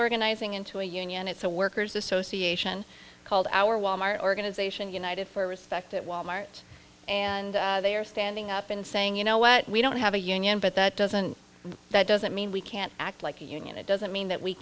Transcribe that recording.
organizing into a union it's a workers association called our walmart organization united for respect at wal mart and they are standing up and saying you know what we don't have a union but that doesn't that doesn't mean we can't act like a union it doesn't mean that we